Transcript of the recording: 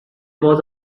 was